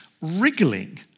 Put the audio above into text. wriggling